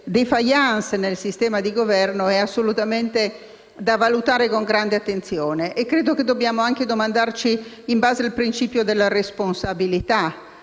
*defaillance* nel sistema di governo è assolutamente da valutare con grande attenzione e credo che dovremmo anche domandarci, in base al principio della responsabilità,